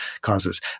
causes